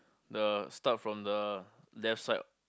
the start from the left side